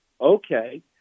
Okay